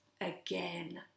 again